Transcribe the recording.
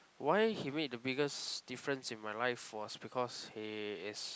why he made the biggest difference in my live was because he is